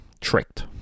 tricked